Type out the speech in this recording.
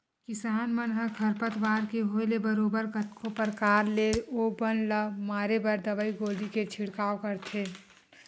किसान मन ह खरपतवार के होय ले बरोबर कतको परकार ले ओ बन ल मारे बर दवई गोली के छिड़काव करथे